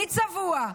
מי צבוע?